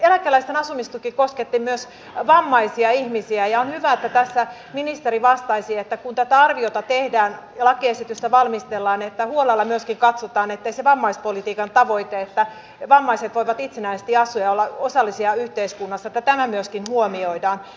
eläkeläisten asumistuki kosketti myös vammaisia ihmisiä ja on hyvä että tässä ministeri vastasi että kun tätä arviota tehdään ja lakiesitystä valmistellaan huolella myöskin katsotaan että se vammaispolitiikan tavoite että vammaiset voivat itsenäisesti asua ja olla osallisia yhteiskunnassa myöskin huomioidaan